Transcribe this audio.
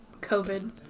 COVID